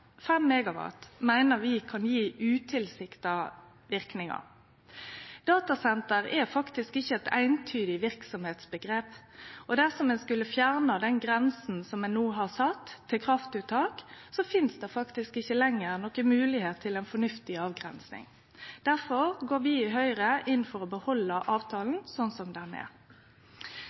meiner vi kan gje utilsikta verknader. Datasenter er faktisk ikkje eit eintydig verksemdsomgrep, og dersom ein skulle fjerne den grensa på kraftuttak som ein no har sett, finst det faktisk ikkje lenger noka moglegheit til ei fornuftig avgrensing. Difor går vi i Høgre inn for å behalde avtalen slik som han er.